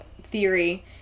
theory